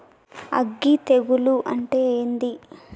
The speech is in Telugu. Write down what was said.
అగ్గి తెగులు అంటే ఏంది?